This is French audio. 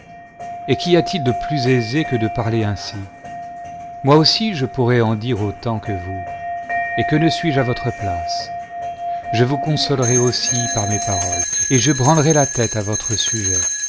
et qu'y a-t-il de plus aisé que de parler ainsi moi aussi je pourrais en dire autant que vous et que ne suis-je à votre place je vous consolerais aussi par mes paroles et je branlerais la tête à votre sujet